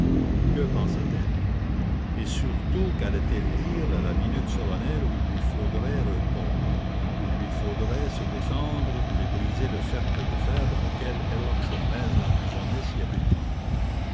que pensait-elle et surtout quallait elle dire à la minute solennelle où il lui faudrait répon dre où il lui faudrait se défendre et briser le cercle de fer dans lequel